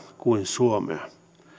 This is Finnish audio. kuin suomea